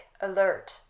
alert